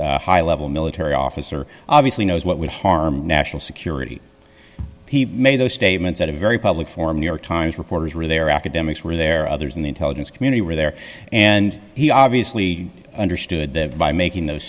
serious high level military officer obviously knows what would harm national security he made those statements at a very public forum new york times reporters were there academics were there others in the intelligence community were there and he obviously understood that by making those